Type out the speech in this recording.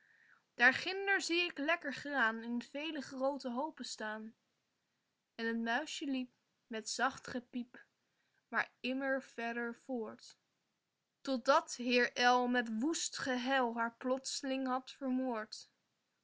daar ginder zie ik lekker graan in vele groote hoopen staan en t muisje liep met zacht gepiep maar immer verder voort totdat heer uil met woest gehuil haar plotseling had vermoord